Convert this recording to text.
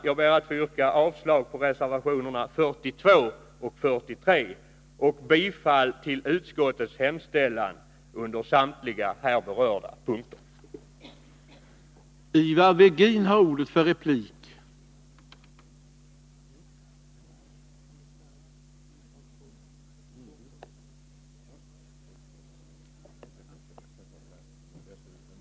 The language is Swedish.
Jag ber att få yrka avslag på reservationerna 42 och 43 och bifall till utskottets hemställan under samtliga här berörda punkter.